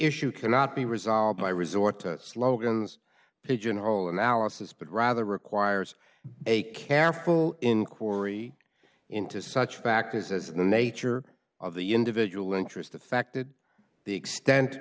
issue cannot be resolved by resort to slogans pigeon hole analysis but rather requires a careful inquiry into such factors as the nature of the individual interest affected the extent